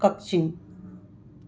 ꯀꯛꯆꯤꯡ